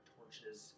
Torches